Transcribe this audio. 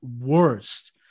worst